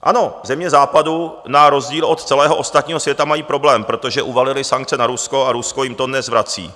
Ano, země Západu na rozdíl od celého ostatního světa mají problém, protože uvalily sankce na Rusko a Rusko jim to dnes vrací.